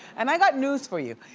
and i got news for you,